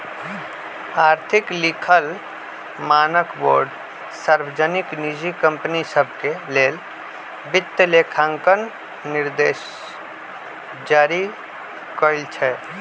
आर्थिक लिखल मानकबोर्ड सार्वजनिक, निजी कंपनि सभके लेल वित्तलेखांकन दिशानिर्देश जारी करइ छै